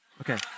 Okay